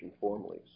formally